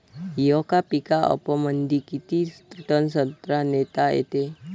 येका पिकअपमंदी किती टन संत्रा नेता येते?